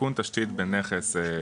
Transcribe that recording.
תיקון תשתית בנכס,